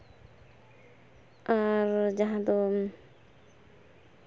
ᱟᱨ ᱡᱟᱦᱟᱸ ᱫᱚ